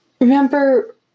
Remember